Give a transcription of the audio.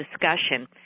discussion